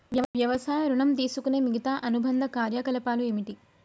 వ్యవసాయ ఋణం తీసుకునే మిగితా అనుబంధ కార్యకలాపాలు ఏమిటి?